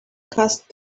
cost